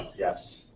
yes,